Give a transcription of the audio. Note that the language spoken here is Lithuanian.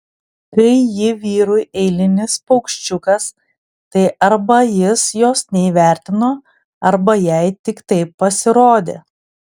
kai ji vyrui eilinis paukščiukas tai arba jis jos neįvertino arba jai tik taip pasirodė